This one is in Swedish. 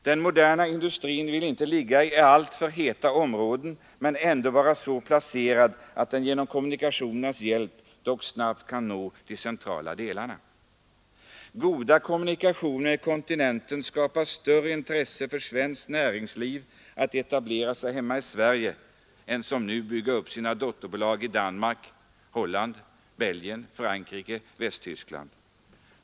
Den moderna industrin vill inte ligga i alltför heta områden men ändå vara så placerad att den genom kommunikationernas hjälp snabbt kan nå de centrala delarna. Goda kommunikationer med kontinenten skapar större intresse för svenskt näringsliv att etablera sig hemma i Sverige än, som nu, att bygga upp sina dotterbolag i Danmark, Holland, Belgien, Frankrike och Västtyskland.